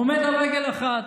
עומד על רגל אחת.